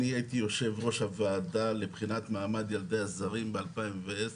אני הייתי יו"ר הוועדה לבחינת מעמד ילדי הזרים ב-2010,